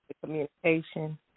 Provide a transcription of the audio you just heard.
communication